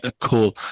Cool